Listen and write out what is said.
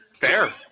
Fair